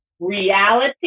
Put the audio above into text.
reality